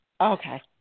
Okay